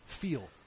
feel